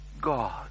God